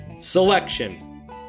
Selection